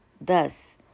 thus